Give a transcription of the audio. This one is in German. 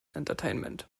entertainment